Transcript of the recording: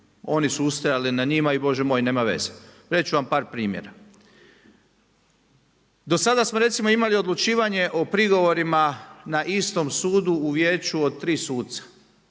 oni su ustrajali na njima i Bože moj, nema veze. Reći ću vam par primjera. Do sada smo recimo imali odlučivanje o prigovorima na istom sudu u vijeću od tri suca,